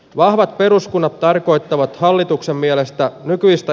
vahvat peruskunnat tarkoittavat hallituksen mielestä nykyistä